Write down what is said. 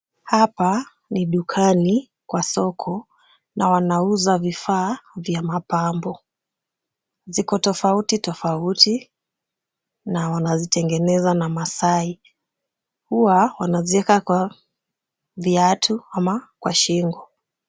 Hapa ni dukani kwa soko na wanauza vifaa vya mapambo. Ziko tofauti tofauti na wanazitengeneza na masaai. Huwa wanazieka kwa viatu au shingo.